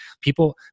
people